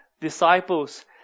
disciples